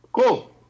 Cool